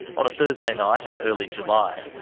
on a thursday night in early july,